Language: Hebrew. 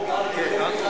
הצעת חוק הביטוח